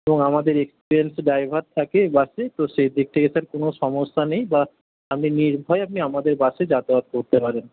এবং আমাদের experienced driver থাকে বাসে তো সেইদিক থেকে স্যার কোনো সমস্যা নেই বা আপনি নির্ভয়ে আপনি আমাদের বাসে যাতায়াত করতে পারেন